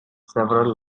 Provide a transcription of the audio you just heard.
several